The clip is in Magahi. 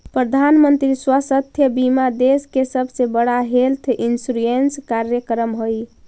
प्रधानमंत्री स्वास्थ्य बीमा देश के सबसे बड़ा हेल्थ इंश्योरेंस कार्यक्रम हई